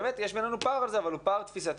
באמת יש בינינו פער אבל הוא פער תפיסתי